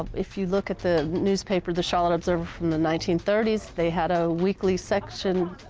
if you look at the newspaper the charlotte observer from the nineteen thirty s, they had a weekly section,